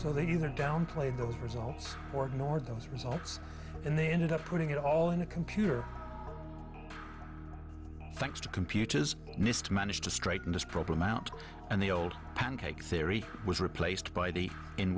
so they either downplayed those results or ignored those results and they ended up putting it all in a computer thanks to computers but nist managed to straighten this problem out and the old pancake theory was replaced by the